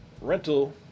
rental